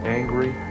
angry